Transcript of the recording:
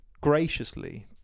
graciously